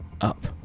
up